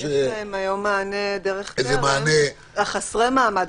יש מענה לחסר המעמד,